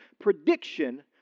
prediction